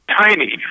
tiny